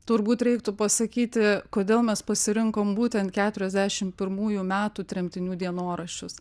turbūt reiktų pasakyti kodėl mes pasirinkom būtent keturiasdešim pirmųjų metų tremtinių dienoraščius